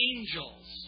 Angels